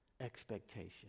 expectation